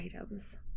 items